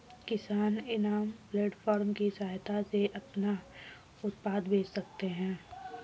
किसान इनाम प्लेटफार्म की सहायता से अपना उत्पाद बेच सकते है